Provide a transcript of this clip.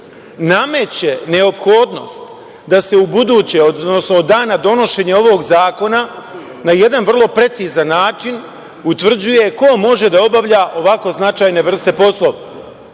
nameće neophodnost da se u buduće, odnosno od dana donošenja ovog zakona na jedan vrlo precizan način utvrđuje ko može da obavlja ovako značajne vrste poslova.